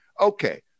okay